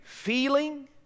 feeling